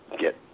get